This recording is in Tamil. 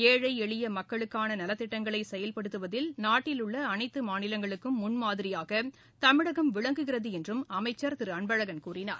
ஏழை எளிய மக்களுக்கான நலத்திட்டங்களை செயல்படுத்துவதில் நாட்டிலுள்ள அனைத்து மாநிலங்களுக்கும் முன்மாதிரியாக தமிழகம் விளங்குகிறது என்று அமைச்சர் திரு அன்பழகன் கூறினார்